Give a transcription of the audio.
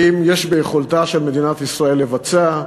האם יש ביכולתה של מדינת ישראל לבצע,